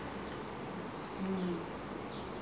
we have to had fun you know in france